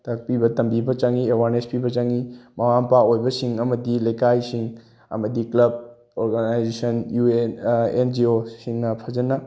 ꯇꯥꯛꯄꯤꯕ ꯇꯝꯕꯤꯕ ꯆꯪꯉꯤ ꯑꯦꯋꯥꯔꯅꯦꯁ ꯄꯤꯕ ꯆꯪꯉꯤ ꯃꯃꯥ ꯃꯄꯥ ꯑꯣꯏꯕꯁꯤꯡ ꯑꯃꯗꯤ ꯂꯩꯀꯥꯏꯁꯤꯡ ꯑꯃꯗꯤ ꯀꯂ꯭ꯕ ꯑꯣꯔꯒꯅꯥꯏꯖꯦꯁꯟ ꯏꯌꯨ ꯑꯦꯟ ꯑꯦꯟ ꯖꯤ ꯑꯣꯁꯤꯡꯅ ꯐꯖꯅ